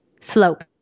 slope